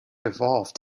evolved